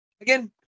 Again